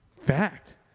Fact